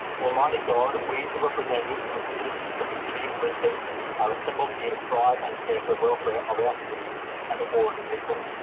almighty god, we the representatives of the citizens of the city of brisbane are assembled here to strive and care for the welfare of our ah city and all its people.